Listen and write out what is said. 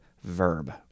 verb